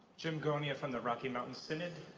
jim gonya from the rocky mountain synod.